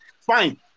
Fine